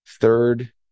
Third